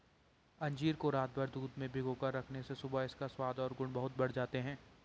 अंजीर को रातभर दूध में भिगोकर रखने से सुबह इसका स्वाद और गुण बहुत बढ़ जाते हैं